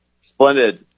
Splendid